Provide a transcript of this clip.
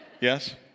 Yes